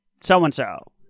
so-and-so